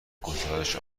گزارش